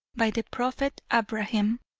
by the prophet abrahim,